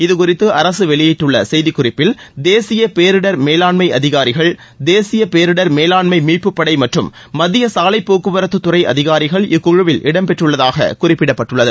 இதுகுறித்து அரசு வெளியிட்டுள்ள செய்திக்குறிப்பில் தேசிய பேரிடர் மேலாண்மை அதிகாரிகள் தேசிய பேரிடமர் மேலாண்மை மீட்புப்படை மற்றும் மத்திய சாலை போக்குவரத்து துறை அதிகாரிகள் இக்குழுவில் இடம் இடம்பெற்றுள்ளதாக குறிப்பிடப்பட்டுள்ளது